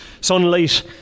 sunlight